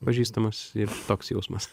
pažįstamas ir toks jausmas